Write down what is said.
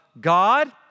God